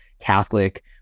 Catholic